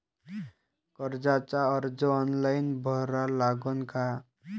कर्जाचा अर्ज ऑनलाईन भरा लागन का?